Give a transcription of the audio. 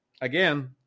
again